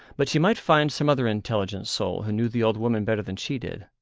but she might find some other intelligent soul who knew the old woman better than she did.